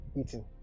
eating